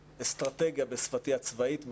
בשפתי הצבאית משהו,